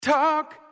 Talk